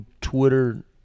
twitter